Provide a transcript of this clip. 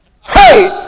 hey